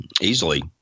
easily